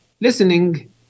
listening